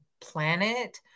planet